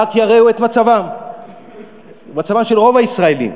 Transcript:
רק ירעו את מצבם של רוב הישראלים.